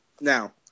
Now